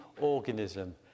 organism